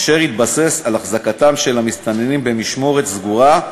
אשר התבסס על החזקת המסתננים במשמורת סגורה,